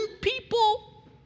people